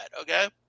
okay